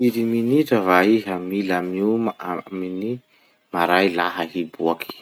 Firy minitra va iha mila mioma amin'ny maray laha hiboaky?